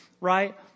right